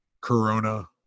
Corona